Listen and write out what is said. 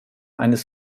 eines